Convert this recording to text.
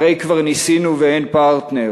הרי כבר ניסינו ואין פרטנר,